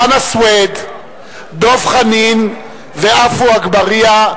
חנא סוייד, דב חנין ועפו אגבאריה,